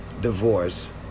divorce